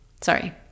Sorry